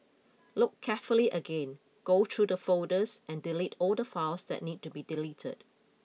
look carefully again go through the folders and delete all the files that need to be deleted